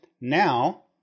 Now